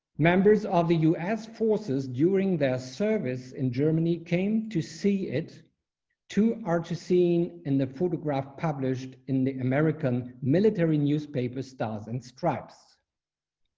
members of the us forces during their service in germany came to see it to archer seen in the photograph published in the american military newspaper stars and stripes